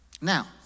Now